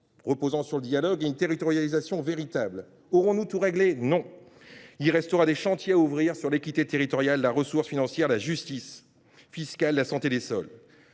reposant sur le dialogue ; enfin, une territorialisation véritable. Aurons nous tout réglé ? Non. Il restera des chantiers à ouvrir sur l’équité territoriale, la ressource financière, la justice fiscale ou encore la santé des sols.